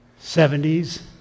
70s